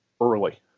early